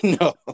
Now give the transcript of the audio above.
No